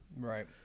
Right